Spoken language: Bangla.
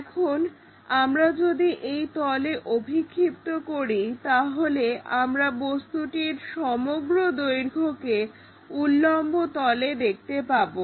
এখন আমরা যদি এই তলে অভিক্ষিপ্ত করি তাহলে আমরা বস্তুটির সমগ্র দৈর্ঘ্যকে উল্লম্ব তলে দেখতে পাবো